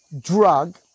drug